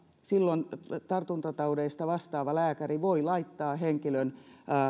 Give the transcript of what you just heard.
silloin tartuntataudeista vastaava lääkäri voi laittaa henkilön